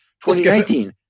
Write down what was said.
2019